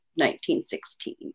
1916